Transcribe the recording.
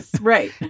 right